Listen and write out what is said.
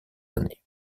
années